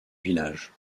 village